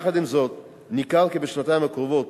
יחד עם זאת, ניכר כי בשנתיים הקרובות